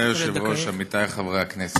אדוני היושב-ראש, עמיתיי חברי הכנסת,